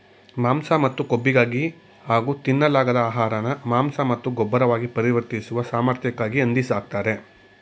ಮಾಂಸ ಮತ್ತು ಕೊಬ್ಬಿಗಾಗಿ ಹಾಗೂ ತಿನ್ನಲಾಗದ ಆಹಾರನ ಮಾಂಸ ಮತ್ತು ಗೊಬ್ಬರವಾಗಿ ಪರಿವರ್ತಿಸುವ ಸಾಮರ್ಥ್ಯಕ್ಕಾಗಿ ಹಂದಿ ಸಾಕ್ತರೆ